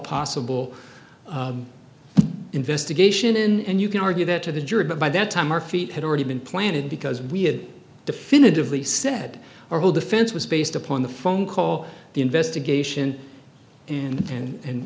possible investigation and you can argue that to the jury but by that time our feet had already been planted because we had definitively said our whole defense was based upon the phone call the investigation in and